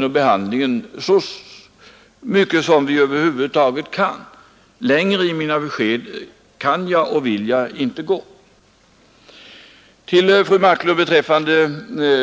Det är det enda ytterligare besked jag kan lämna. Längre kan och vill jag inte gå. Vad sedan